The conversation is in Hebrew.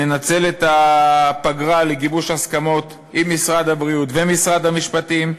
ננצל את הפגרה לגיבוש הסכמות עם משרד הבריאות ומשרד המשפטים,